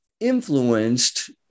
influenced